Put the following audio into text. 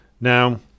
Now